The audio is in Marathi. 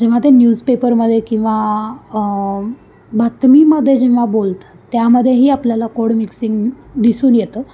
जेव्हा ते न्यूजपेपरमध्ये किंवा बातमीमध्ये जेव्हा बोलतात त्यामध्येही आपल्याला कोड मिक्सिंग दिसून येतं